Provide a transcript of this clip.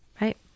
right